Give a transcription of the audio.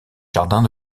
jardins